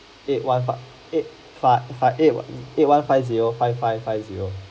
eight one five eight five ah eight one eight one five zero five five five zero